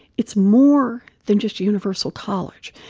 it's more than just universal college.